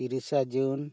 ᱛᱤᱨᱤᱥᱟ ᱡᱩᱱ